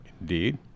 indeed